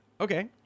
Okay